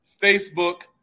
Facebook